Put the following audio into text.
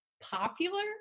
popular